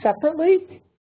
separately